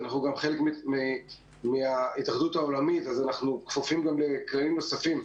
אנחנו גם חלק מהתאחדות העולמית ואנחנו כפופים גם לכללים נוספים,